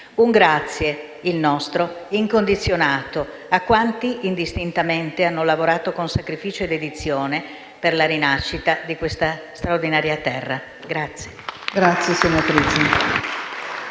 Un grazie, il nostro, incondizionato a quanti indistintamente hanno lavorato con sacrificio e dedizione alla rinascita di questa terra straordinaria.